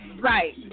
Right